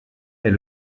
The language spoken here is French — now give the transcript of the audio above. est